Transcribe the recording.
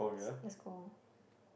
let's let's go